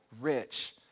rich